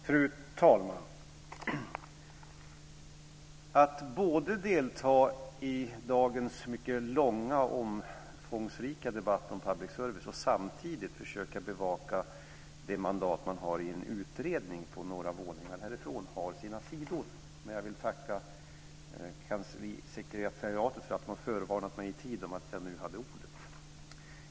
Fru talman! Att både delta i dagens mycket långa och omfångsrika debatt om public service och samtidigt försöka bevaka det mandat man har i en utredning några våningar härifrån har sina sidor. Jag vill dock tacka kanslisekretariatet för att man förvarnat mig i tid om jag nu hade ordet.